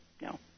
no